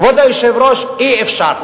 כבוד היושב-ראש, אי-אפשר.